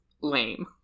lame